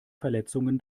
verletzungen